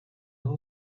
aho